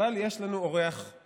אבל יש לנו אורח,